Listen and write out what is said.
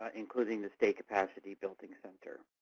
ah including the state capacity building center.